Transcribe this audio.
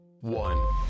one